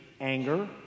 anger